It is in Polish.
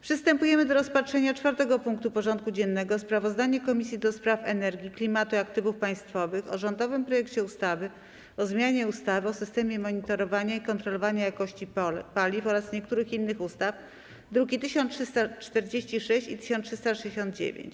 Przystępujemy do rozpatrzenia punktu 4. porządku dziennego: Sprawozdanie Komisji do Spraw Energii, Klimatu i Aktywów Państwowych o rządowym projekcie ustawy o zmianie ustawy o systemie monitorowania i kontrolowania jakości paliw oraz niektórych innych ustaw (druki nr 1346 i 1369)